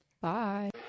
Bye